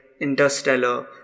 Interstellar